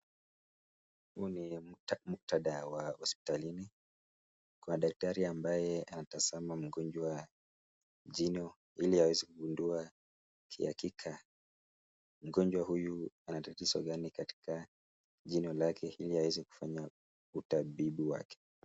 Huu ni muktadha wa hospitalini. Kuna daktari ambaye anatazama mgonjwa jino ili aweze kugundua kihakika mgonjwa huyu ana tatizo gani katika jino lake ili aweze kufanya utabibu wake.